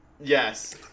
yes